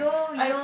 I